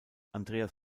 andreas